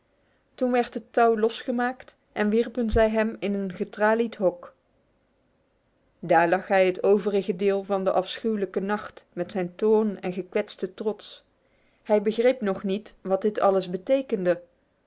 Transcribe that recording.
toen werd het touw losgemaakt en wierpen zij hem in een getralied hok daar lag hij het overige deel van de afschuwelijke nacht met zijn toom en gekwetste trots hij begreep nog niet wat dit alles betekende